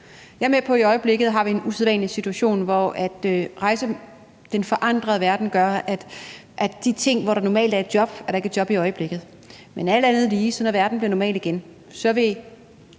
i øjeblikket har en usædvanlig situation, hvor den forandrede verden gør, at de steder, hvor der normalt er et job, er der ikke et job i øjeblikket. Men alt andet lige, når verden bliver normal igen, vil